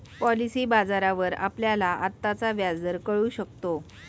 policy बाजारावर आपल्याला आत्ताचा व्याजदर कळू शकतो